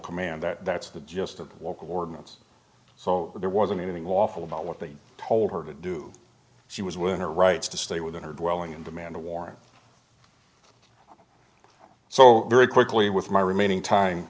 command that that's the gist of the local ordinance so there wasn't anything lawful about what they told her to do she was with her rights to stay within her dwelling and demand a warrant so very quickly with my remaining time